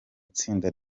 itsinda